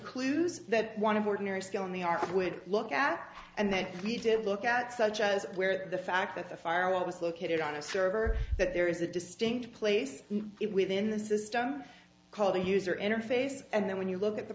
clues that one of ordinary skill in the arts would look at and that we did look at such as where the fact that the firewall was located on a server that there is a distinct place it within the system called the user interface and then when you look at the